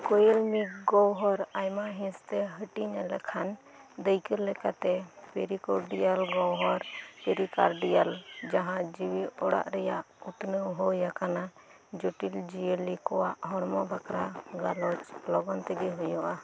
ᱠᱳᱭᱮᱞᱢᱤᱠ ᱜᱚᱦᱚᱨ ᱟᱭᱢᱟ ᱦᱤᱸᱥ ᱛᱮ ᱦᱟᱹᱴᱤᱧ ᱞᱮᱠᱷᱟᱱ ᱫᱟᱹᱭᱠᱟᱹ ᱞᱮᱠᱟᱛᱮ ᱯᱮᱨᱤᱠᱳᱨᱰᱤᱭᱟᱞ ᱜᱚᱦᱚᱨ ᱯᱮᱨᱤ ᱠᱟᱨᱰᱤᱭᱟᱞ ᱡᱟᱦᱟᱸ ᱡᱤᱣᱤ ᱚᱲᱟᱜ ᱨᱮᱭᱟᱜ ᱩᱛᱱᱟᱹᱣ ᱦᱩᱭ ᱟᱠᱟᱱᱟ ᱡᱚᱴᱤᱞ ᱡᱤᱭᱟᱹᱞᱤ ᱠᱚᱣᱟᱜ ᱦᱚᱲᱢᱚ ᱵᱷᱟᱠᱨᱟ ᱜᱟᱞᱚᱪ ᱞᱚᱜᱚᱱ ᱛᱮᱜᱮ ᱦᱩᱭᱩᱜᱼᱟ